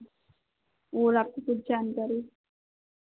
और आपकी कुछ जानकारी